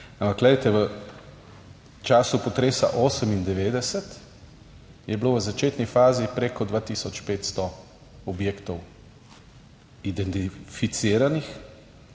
v času potresa 1998, je bilo v začetni fazi preko 2 tisoč 500 objektov identificiranih